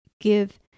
give